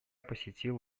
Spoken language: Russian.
посетил